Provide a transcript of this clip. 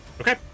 Okay